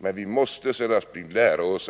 Men vi måste, Sven Aspling, lära oss